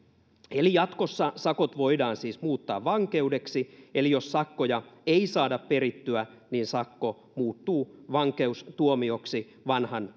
eli jatkossa sakot voidaan siis muuttaa vankeudeksi eli jos sakkoja ei saada perittyä sakko muuttuu vankeustuomioksi vanhan